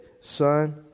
son